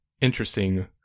interesting